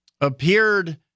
appeared